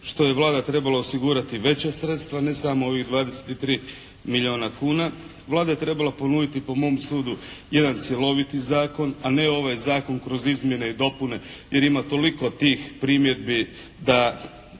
što je Vlada trebala osigurati veća sredstva, ne samo ovih 23 milijuna kuna. Vlada je trebala ponuditi po mom sudu jedan cjeloviti zakon, a ne ovaj zakon kroz izmjene i dopune jer ima toliko tih primjedbi da